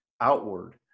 outward